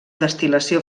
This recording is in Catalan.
destil·lació